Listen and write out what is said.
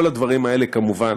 כל הדברים האלה, כמובן,